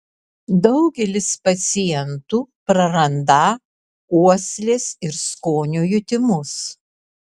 daugelis pacientų prarandą uoslės ir skonio jutimus